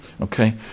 Okay